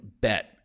bet